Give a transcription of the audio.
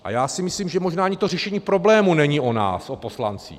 A já si myslím, že možná ani to řešení problému není o nás, o poslancích.